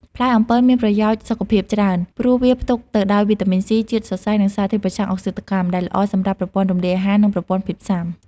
ផ្លែអំពិលមានប្រយោជន៍សុខភាពច្រើន ព្រោះវាផ្ទុកទៅដោយ វីតាមីន C ជាតិសរសៃ និងសារធាតុប្រឆាំងអុកស៊ីតកម្ម ដែលល្អសម្រាប់ប្រព័ន្ធរំលាយអាហារ និងប្រព័ន្ធភាពស៊ាំ។